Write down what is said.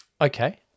Okay